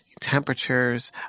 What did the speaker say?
temperatures